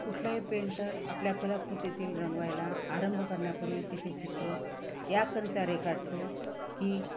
कुठलंही पेंटर आपल्या कलाकृतीतील रंगवायला आरंभ करण्यापूर्वी तीचे चित्र याकरिता रेखाटतो की